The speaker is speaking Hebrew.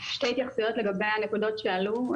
שתי התייחסויות לגבי הנקודות שעלו.